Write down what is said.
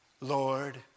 Lord